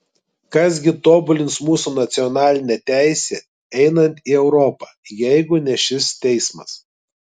kas gi tobulins mūsų nacionalinę teisę einant į europą jeigu ne šis teismas